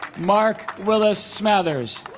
mark willis smathers